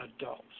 adults